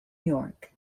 york